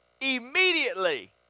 immediately